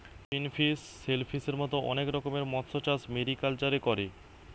finfish, শেলফিসের মত অনেক রকমের মৎস্যচাষ মেরিকালচারে করে